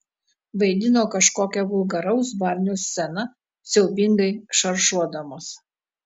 vaidino kažkokią vulgaraus barnio sceną siaubingai šaržuodamos